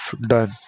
done